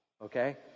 Okay